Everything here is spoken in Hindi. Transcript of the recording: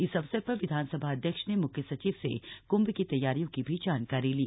इस अवसर पर विधानसभा अध्यक्ष ने म्ख्य सचिव से कंभ की तैयारियों की भी जानकारी ली